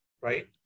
right